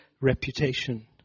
reputation